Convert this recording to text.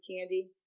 Candy